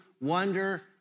wonder